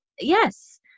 yes